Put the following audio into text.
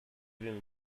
even